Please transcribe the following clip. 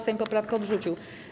Sejm poprawkę odrzucił.